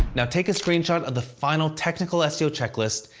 now, take a screenshot of the final technical seo checklist,